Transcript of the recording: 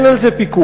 אין על זה פיקוח,